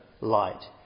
light